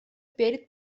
перед